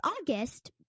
August